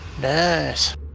Nice